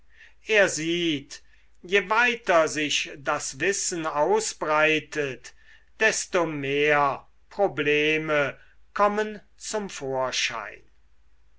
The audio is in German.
er sieht je weiter sich das wissen ausbreitet desto mehr probleme kommen zum vorschein